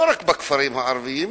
לא רק בכפרים הערביים,